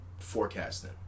forecasting